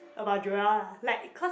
about Joel lah like cause